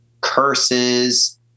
curses